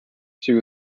said